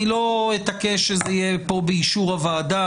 אני לא אתעקש שזה יהיה כאן באישור הוועדה,